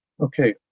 Okay